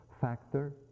factor